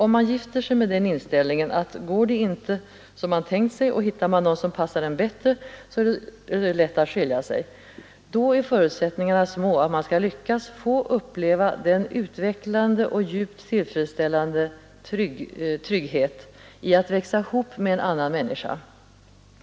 Om man gifter sig med den inställningen att går det inte som man tänkt sig och hittar man någon som passar en bättre, så är det ju lätt att skilja sig, och då är förutsättningarna små att man skall lyckas få uppleva den utvecklande och djupt tillfredsställande tryggheten i att växa ihop med en annan människa.